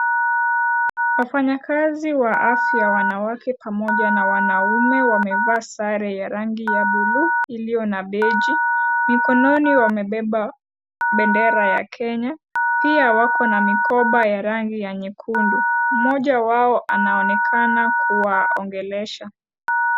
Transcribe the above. Wafanyikazi wa afya wanawake pamoja na wanaume wamevaa sare ya rangi ya bulu iliyo na beji mikononi wamebeba bendera ya kenya pia wako na mikoba ya rangi nyekundu mmoja wao anaonekana kuwaongelesha.